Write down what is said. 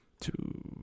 two